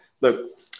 Look